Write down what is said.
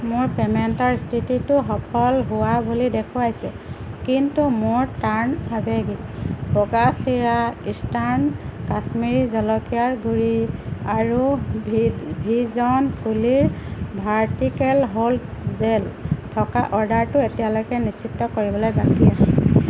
মোৰ পে'মেণ্টৰ স্থিতিটো সফল হোৱা বুলি দেখুৱাইছে কিন্তু মোৰ টাৰ্ণ অৰ্গেনিক বগা চিৰা ইষ্টাৰ্ণ কাশ্মীৰী জলকীয়াৰ গুড়ি আৰু ভি জন চুলিৰ ভাৰ্টিকেল হ'ল্ড জেল থকা অৰ্ডাৰটো এতিয়ালৈকে নিশ্চিত কৰিবলৈ বাকী আছে